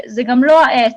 זה גם לא העת.